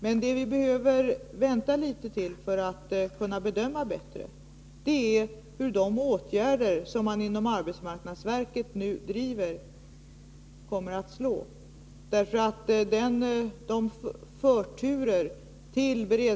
Men vi behöver vänta litet och se hur de åtgärder som man inom arbetsmarknadsverket nu driver kommer att slå för att vi skall kunna bedöma det hela bättre.